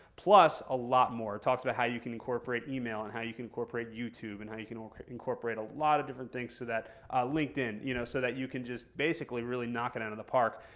plus a lot more. it talks about how you can incorporate email, and how you can incorporate youtube, and how you can incorporate a lot of different things so that ah, linkedin! you know, so that you can just basically really knock it out of the park,